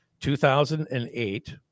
2008